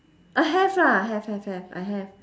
I have lah have have have I have